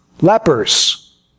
Lepers